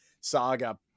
saga